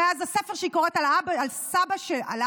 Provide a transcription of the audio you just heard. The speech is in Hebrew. מאז הספר שהיא קוראת על סבא שלה,